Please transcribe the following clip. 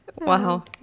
wow